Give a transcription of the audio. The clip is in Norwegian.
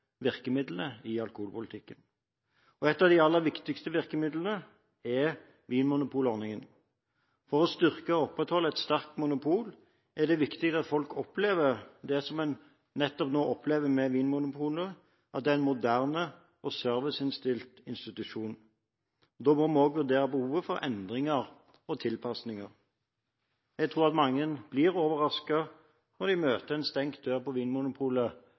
virkemidlene i alkoholpolitikken. Et av de aller viktigste virkemidlene er vinmonopolordningen. For å styrke og opprettholde et sterkt monopol er det viktig at folk opplever det som en nå nettopp opplever med Vinmonopolet, at det er en moderne og serviceinnstilt institusjon. Da må vi også vurdere behovet for endringer og tilpasninger. Jeg tror at mange blir overrasket når de møter en stengt dør på